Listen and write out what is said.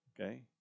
okay